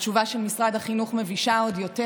והתשובה של משרד החינוך מבישה עוד יותר.